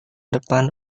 depan